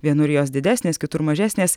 vienur jos didesnės kitur mažesnės